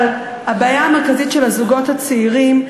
אבל הבעיה המרכזית של הזוגות הצעירים,